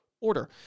order